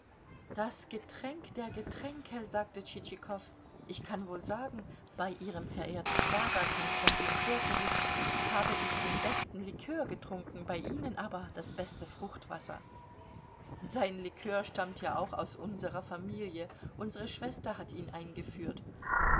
das getränk der getränke sagte tschitschikow ich kann wohl sagen bei ihrem verehrten schwager konstantin fjodorowitsch habe ich den besten likör getrunken bei ihnen aber das beste fruchtwasser sein likör stammt ja auch aus unserer familie unsere schwester hat ihn eingeführt